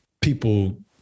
people